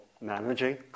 managing